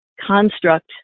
construct